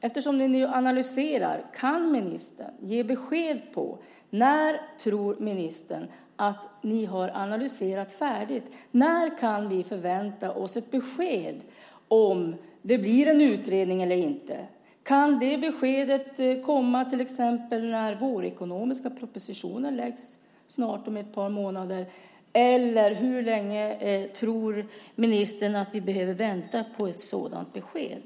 Eftersom ni nu analyserar, kan ministern ge besked om när ministern tror att ni har analyserat färdigt? När kan vi förvänta oss ett besked om det blir en utredning eller inte? Kan det beskedet komma till exempel när vårekonomiska propositionen läggs snart om ett par månader? Eller hur länge tror ministern att vi behöver vänta på ett sådant besked?